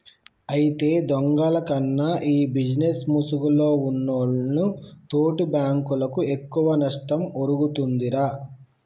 అయితే దొంగల కన్నా ఈ బిజినేస్ ముసుగులో ఉన్నోల్లు తోటి బాంకులకు ఎక్కువ నష్టం ఒరుగుతుందిరా